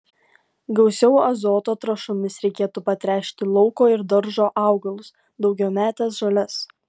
gausiau azoto trąšomis reikėtų patręšti lauko ir daržo augalus daugiametes žoles